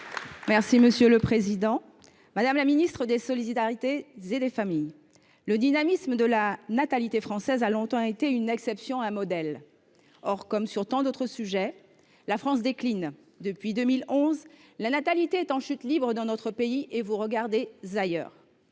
Les Républicains. Madame la ministre des solidarités et des familles, le dynamisme de la natalité française a longtemps été une exception, voire un modèle. Pourtant, comme dans tant d’autres domaines, la France décline. Depuis 2011, la natalité est en chute libre dans notre pays, et vous regardez ailleurs